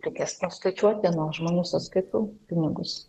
reikės nuskaičiuoti nuo žmonių sąskaitų pinigus